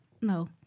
No